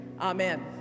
amen